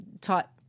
taught